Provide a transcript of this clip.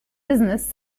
business